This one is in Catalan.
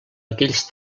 aquells